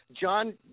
John